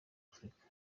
afurika